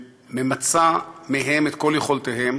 שממצה מהם את כל יכולתם,